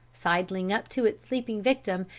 sidling up to its sleeping victim,